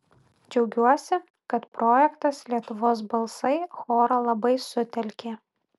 džiaugiuosi kad projektas lietuvos balsai chorą labai sutelkė